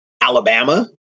Alabama